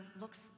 looks